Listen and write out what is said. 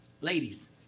Ladies